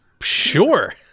sure